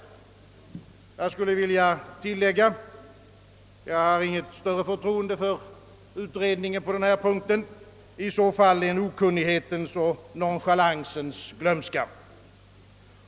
Jag skulle vilja tillägga — jag har inte något större förtroende för utredningen på den punkten — att det i så fall är en okunnighetens och nonchalansens glömska.